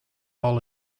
all